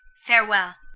farewell.